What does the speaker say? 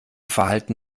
verhalten